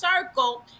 circle